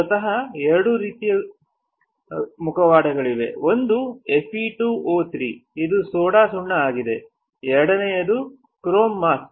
ಮೂಲತಃ ಎರಡು ವಿಧಗಳಿವೆ ಒಂದು Fe2O3 ಇದು ಸೋಡಾ ಸುಣ್ಣ ಆಗಿದೆ ಎರಡನೆಯದು ಕ್ರೋಮ್ ಮಾಸ್ಕ್